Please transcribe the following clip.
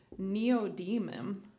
neodymium